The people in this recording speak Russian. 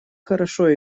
хорошо